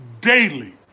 daily